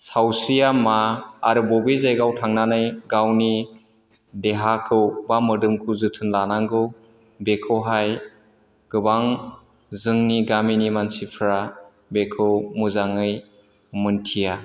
सावस्रिया मा आरो बबे जायगायाव थांनानै गावनि देहाखौ एबा मोदोमखौ जोथोन लानांगौ बेखौहाय गोबां जोंनि गामिनि मानसिफोरा बेखौ मोजाङै मिन्थिया